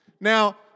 Now